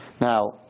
Now